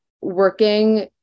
working